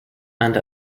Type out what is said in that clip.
and